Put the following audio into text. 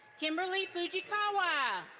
kimberly fujikawa.